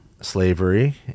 slavery